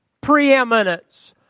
Preeminence